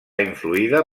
influïda